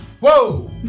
Whoa